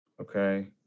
okay